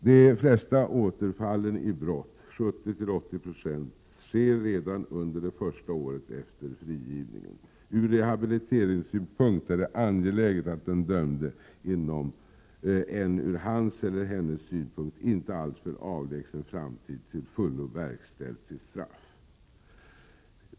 De flesta återfallen i brott — 70-80 96 — sker redan under det första året efter frigivningen. Ur rehabiliteringssynpunkt är det angeläget att den dömde inom en ur hans eller hennes synpunkt inte alltför avlägsen framtid till 43 fullo verkställt sitt straff.